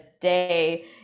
day